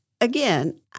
Again